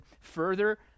further